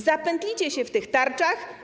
Zapętlicie się w tych tarczach.